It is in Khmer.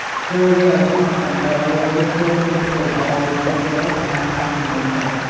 កូរវាឱ្យសព្វ ដើម្បីឱ្យរសជាតិចូលជាតិគ្នាល្អ រួចភ្លក់មើលផ្អែមតាមចំណូលចិត្ត។